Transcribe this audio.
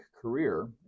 career